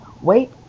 wait